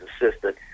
assistant